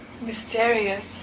mysterious